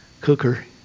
cooker